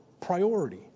priority